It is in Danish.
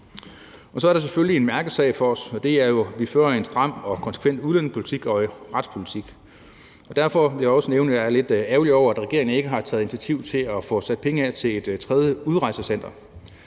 Så er der selvfølgelig en mærkesag for os, og det er jo, at vi fører en stram og konsekvent udlændingepolitik og retspolitik, og derfor vil jeg også nævne, at jeg er lidt ærgerlig over, at regeringen ikke har taget initiativ til at få sat penge af til et tredje udrejsecenter.